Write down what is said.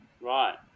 Right